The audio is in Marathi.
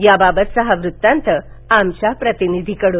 त्याबाबतचा हा वृत्तांत आमच्या प्रतिनिधीकडून